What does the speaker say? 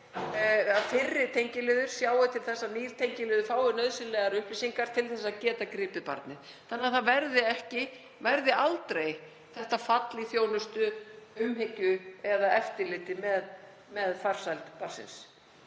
fyrri tengiliður skal sjá til þess að nýr tengiliður fái nauðsynlegar upplýsingar til að geta gripið barnið þannig að aldrei verði fall í þjónustu, umhyggju eða eftirliti með farsæld barnsins.